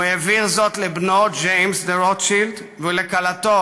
הוא העביר זאת לבנו ג'יימס דה-רוטשילד ולכלתו,